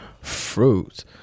fruit